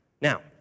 Now